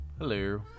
Hello